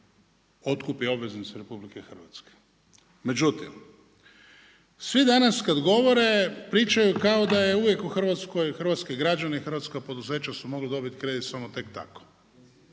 otkupi obveznice RH. Međutim, svi danas kada govore pričaju kao da je uvijek u Hrvatskoj, hrvatske građene, hrvatska poduzeća su mogla dobiti kredit samo tek tako.